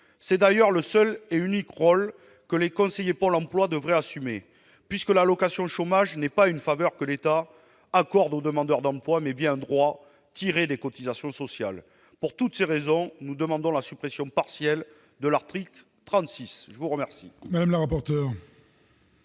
C'est d'ailleurs le seul et unique rôle que les conseillers de Pôle emploi devraient assumer, puisque l'allocation chômage est non pas une faveur que l'État accorde au demandeur d'emploi, mais bien un droit tiré des cotisations sociales. Pour toutes ces raisons, nous demandons la suppression partielle de l'article 36. L'amendement